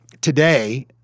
Today